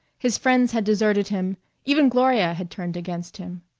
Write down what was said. his friends had deserted him even gloria had turned against him.